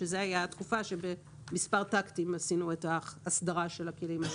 שזו הייתה התקופה שבמספר טקטים עשינו את ההסדרה של הכלים האלה.